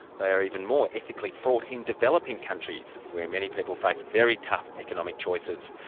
they are even more ethically fraught in developing countries where many people face very tough economic choices.